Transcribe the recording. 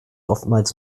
oftmals